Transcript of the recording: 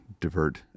Divert